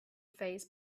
phase